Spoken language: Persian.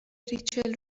ریچل